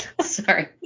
Sorry